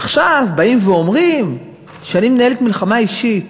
עכשיו, באים ואומרים שאני מנהלת מלחמה אישית.